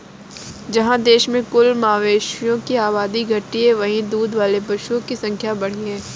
जहाँ देश में कुल मवेशियों की आबादी घटी है, वहीं दूध देने वाले पशुओं की संख्या बढ़ी है